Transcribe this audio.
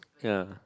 ya